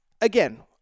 again